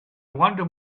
wonder